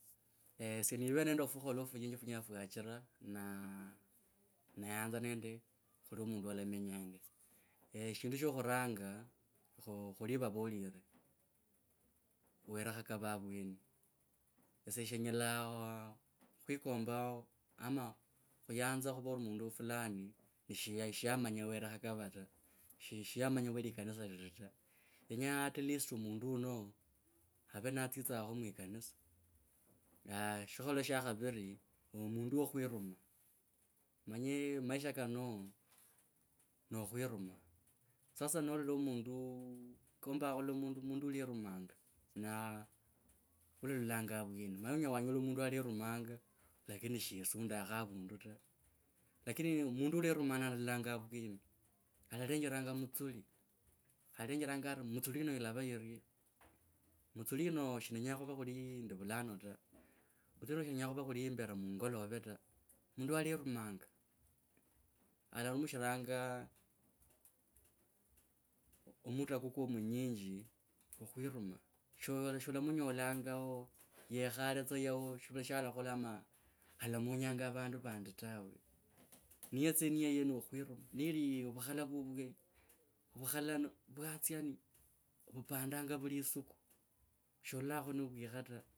Ehh esye nivere fukhola funyijfunyela fwachira na nayanza nendo khuli mundu alamenyanga shindu shohuranga, khu, khuli evavorire, were khahaba avweni, esye shenyela khwikomba ama khuyanza khuva mundu fulani she shiyamanya were khakaba ta, she shiyamanya we likanisa liri ta. Kenya atleast mundo, wuno ave natsitsakho mwikanisa. Itaiya shikolo sha shaviri mundu wo khwirima. Omanye maisha kano. Nokhwiruma, sasa nolala mundu, nikombanga khulola mundu uleromanga na ulalolanga avweni. Omanye onyela wanyola mundu alerumanga lakini shiyesundakho avundu ta. Lakini mundu ulerumanga nalolanga auweni, alalenje ranga mutsuli shinenya khuva khuli ndi vulano ta, mutsuli shinenya khuva khuli mbere mungolove ta, mundu alerumanga, alarumishiranga omuta kukwe.